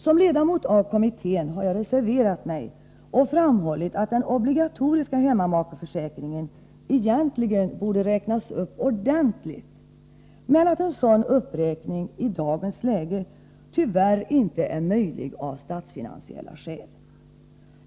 Som ledamot av kommittén har jag reserverat mig och framhållit att den obligatoriska hemmamakeförsäkringen egentligen borde räknas upp ordentligt, men att en sådan uppräkning i dagens läge tyvärr är omöjlig av statsfinansiella skäl.